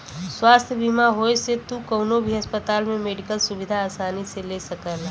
स्वास्थ्य बीमा होये से तू कउनो भी अस्पताल में मेडिकल सुविधा आसानी से ले सकला